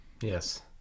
Yes